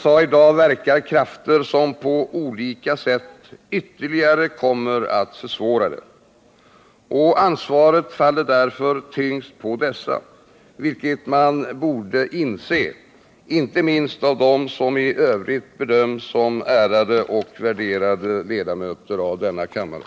I dag verkar krafter som på olika sätt kommer att ytterligare försvåra den. Ansvaret faller därför tyngst på dessa, vilket borde inses, inte minst av dem som i övrigt bedöms som ärade och värderade ledamöter av denna kammare.